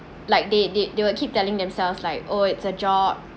like they they they will keep telling themselves like oh it's a job